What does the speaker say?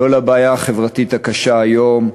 לא לבעיה החברתית הקשה היום.